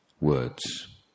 words